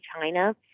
China